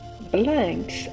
blanks